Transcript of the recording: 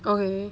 okay